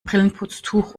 brillenputztuch